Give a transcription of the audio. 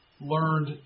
learned